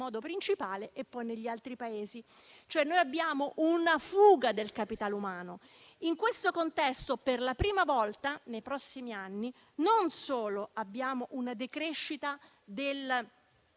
modo principale e poi negli altri Paesi. Assistiamo a una fuga del capitale umano. In questo contesto, per la prima volta nei prossimi anni avremo una decrescita del